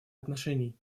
отношений